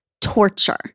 torture